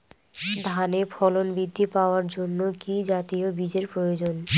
ধানে ফলন বৃদ্ধি পাওয়ার জন্য কি জাতীয় বীজের প্রয়োজন?